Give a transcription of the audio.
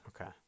Okay